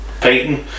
Payton